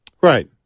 Right